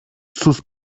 sus